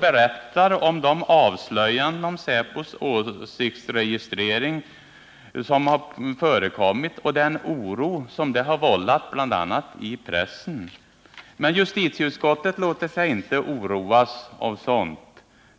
berättar om de avslöjanden om säpos åsiktsregistrering som har förekommit och om den oro denna har vållat bl.a. i pressen. Men justitieutskottet låter sig inte oroas av sådant.